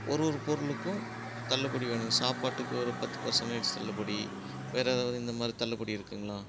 ஒரு ஒரு பொருளுக்கும் தள்ளுபடி வேணுங்க சாப்பாட்டுக்கு ஒரு பத்து பர்சன்டேஜ் தள்ளுபடி வேறு எதாவது இந்த மாரி தள்ளுபடி இருக்குங்களா